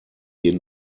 jeden